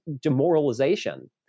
demoralization